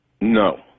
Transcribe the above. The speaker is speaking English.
No